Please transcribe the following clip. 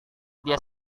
dia